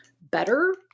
better